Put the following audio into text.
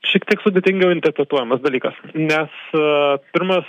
šiek tiek sudėtingiau interpretuojamas dalykas nes pirmas